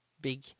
big